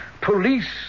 police